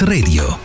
Radio